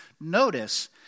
Notice